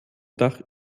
dach